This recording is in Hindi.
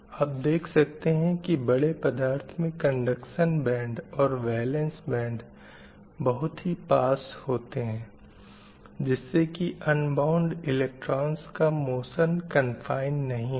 आप देख सकते हैं की बड़े पदार्थ में कंडक्शन बैंड और वैलन्स बंद बहुत ही पास हैं जिससे की अन्बाउंड इलेक्ट्रांज़ का मोशन कन्फ़ाइंड नहीं है